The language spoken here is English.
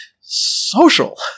social